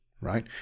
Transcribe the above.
right